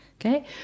Okay